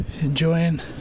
enjoying